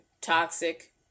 toxic